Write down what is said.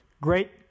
great